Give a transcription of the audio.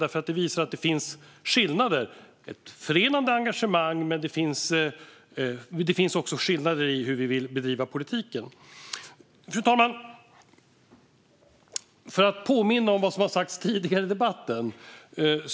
De visar nämligen att det finns skillnader. Det finns ett förenande engagemang, men det finns också skillnader i hur vi vill bedriva politiken. Fru talman!